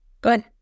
good